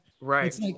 Right